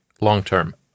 long-term